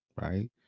right